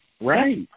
right